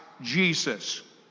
Jesus